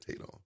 on